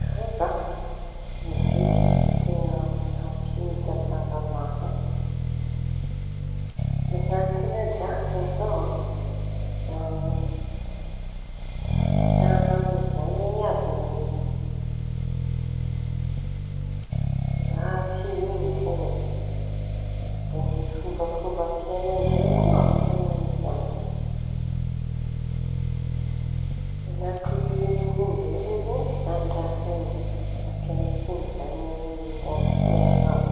Da aza ny biby iñy da teña mifampita fahalalaha. Manahaky rajako da mampita amin'ny zañany aby ny raha fihina ohatsy. Da ny fombafombam-piañan-dreo koa ampitañy amy zañany. Mañahaky olom-belo mihitsy zañy raha ahiañy, mampiañatsy ny zañany ny rah fiña aby..